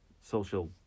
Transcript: social